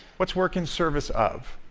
what's work in service of?